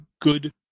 good